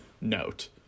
note